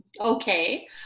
okay